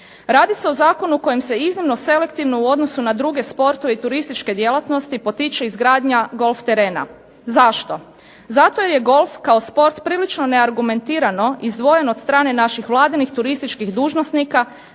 Radi se o zakonu kojim se iznimno selektivno u odnosu na druge sportove i turističke djelatnosti potiče izgradnja golf terena. Zašto? Zato jer je golf kao sport prilično neargumentirano izdvojen od strane naših vladinih turističkih dužnosnika